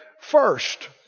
first